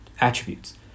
attributes